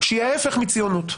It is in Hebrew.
שהיא ההפך מציונות.